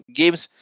games